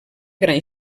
gran